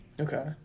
Okay